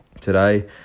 today